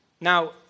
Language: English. Now